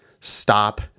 Stop